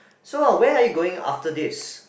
so where are you going after this